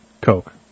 Coke